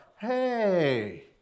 hey